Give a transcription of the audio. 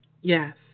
Yes